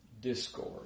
discord